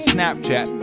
Snapchat